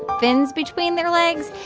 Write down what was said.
fins between their legs?